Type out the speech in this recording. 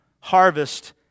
harvest